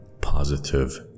positive